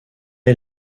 est